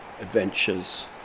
adventures